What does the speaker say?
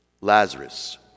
Lazarus